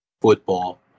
football